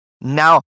Now